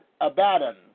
Abaddon